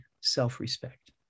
self-respect